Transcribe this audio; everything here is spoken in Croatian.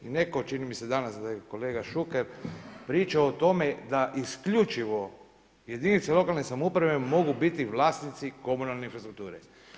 I netko je, čini mi se da je danas kolega Šuker pričao o tome da isključivo jedinice lokalne samouprave mogu biti vlasnici komunalne infrastrukture.